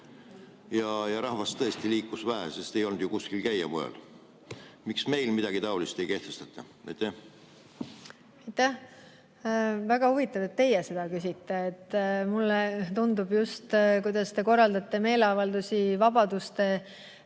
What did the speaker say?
Ja rahvast liikus vähe, sest ei olnud ju kuskil käia. Miks meil midagi taolist ei kehtestata? Aitäh! Väga huvitav, et teie seda küsisite. Mulle tundub nähes, kuidas te korraldate meeleavaldusi vabaduste kaitseks